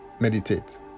meditate